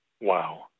Wow